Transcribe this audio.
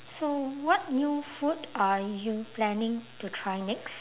so what new food are you planning to try next